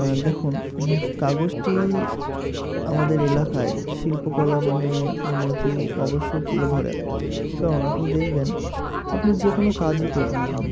দেখুন কাগজটি আমাদের এলাকায় শিল্পকলা মানে উন্নতি অবশ্যই তুলে ধরে কারণ আপনি দেখবেন আপনি যে কোনো কাজই করুন না কেন